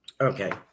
okay